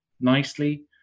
nicely